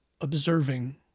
observing